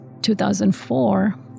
2004